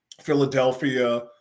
Philadelphia